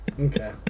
Okay